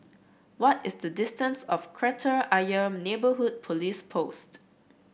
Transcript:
what is the distance of Kreta Ayer Neighbourhood Police Post